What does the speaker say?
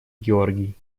георгий